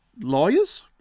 lawyers